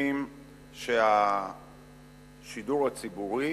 מסכים שהשידור הציבורי